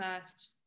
first